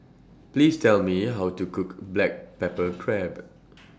Please Tell Me How to Cook Black Pepper Crab